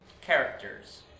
Characters